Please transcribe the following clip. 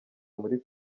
muri